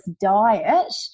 diet